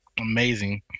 Amazing